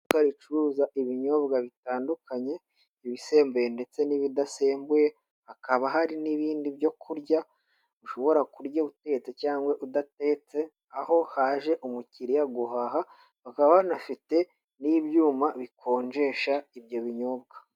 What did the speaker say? Iduka ricuruza ibinyobwa bitandukanye ibisembuye ndetse n'ibidasembuye, hakaba hari n'ibindi byo kurya, ushobora kurya utetse cyangwa udatetse, aho haje umukiriya guhaha bakaba banafite n'ibyuma bikonjesha ibyo binyobwa.